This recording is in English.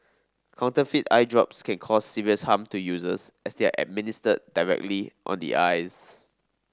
counterfeit eye drops can cause serious harm to users as they are administered directly on the eyes